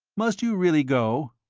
must you really go?